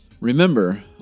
remember